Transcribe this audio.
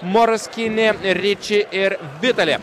moras kinė riči ir vitali